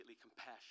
compassion